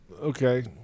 Okay